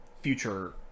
future